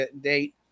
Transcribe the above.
date